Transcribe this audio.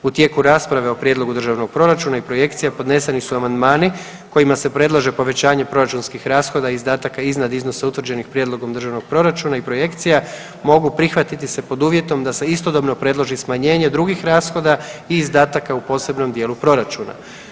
U tijeku rasprave o prijedlogu državnog proračuna i projekcija podneseni su amandmani kojima se predlaže povećanje proračunskih rashoda i izdataka iznad iznosa utvrđenih prijedlogom državnog proračuna i projekcija mogu prihvatiti se pod uvjetom da se istodobno predloži smanjenje drugih rashoda i izdataka u posebnom dijelu proračuna.